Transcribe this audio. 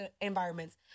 environments